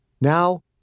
Now